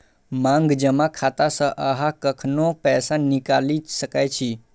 मांग जमा खाता सं अहां कखनो पैसा निकालि सकै छी